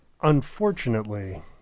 Unfortunately